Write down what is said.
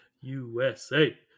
USA